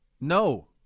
No